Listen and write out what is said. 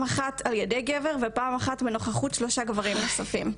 אחת על ידי גבר ופעם אחת בנוכחות שלושה גברים נוספים.